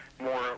more